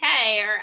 okay